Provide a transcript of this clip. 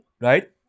right